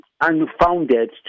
unfounded